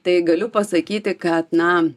tai galiu pasakyti kad na